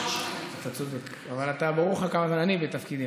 אתה צודק, אבל ברור לך כמה זמן אני בתפקידי.